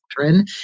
children